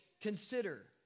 Consider